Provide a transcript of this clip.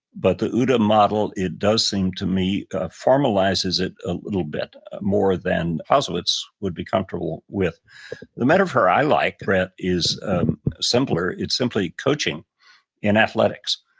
but the ooda model, it does seem to me ah formalizes it a little bit more than clausewitz would be comfortable with the metaphor i like, brett, is simpler. it's simply coaching and athletics.